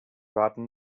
warten